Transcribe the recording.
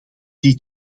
die